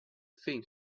thing